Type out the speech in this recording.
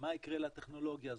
מה יקרה לטכנולוגיה הזאת,